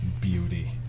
Beauty